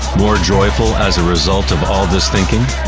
more joyful as a result of all this thinking?